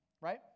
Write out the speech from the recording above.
right